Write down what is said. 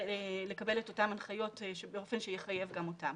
לקבל את אותן הנחיות באופן שיחייב גם אותם.